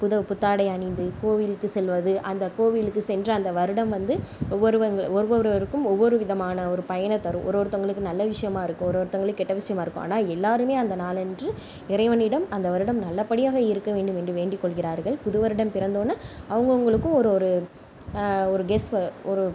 புது புத்தாடை அணிந்து கோவிலுக்கு செல்வது அந்த கோவிலுக்கு சென்று அந்த வருடம் வந்து ஒவ்வொருவருக்கும் ஒவ்வொரு விதமான ஒரு பயனத்தரும் ஒரு ஒருத்தவங்களுக்கு நல்ல விஷயமா இருக்கும் ஒரு ஒருத்தவங்களுக்கு கெட்ட விஷயமாக இருக்கும் ஆனால் எல்லாருமே அந்த நாள் அன்று இறைவனிடம் அந்த வருடம் நல்ல படியாக இருக்க வேண்டும் என்று வேண்டி கொள்கிறார்கள் புது வருடம் பிறந்தோன்ன அவங்க அவங்களுக்கு ஒரு ஒரு ஒரு கெஸ்